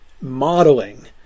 modeling